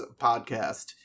podcast